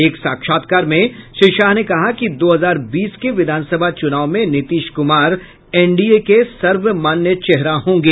एक साक्षात्कार में श्री शाह ने कहा कि दो हजार बीस के विधान सभा चुनाव में नीतीश कुमार एनडीए के सर्वमान्य चेहरा होंगे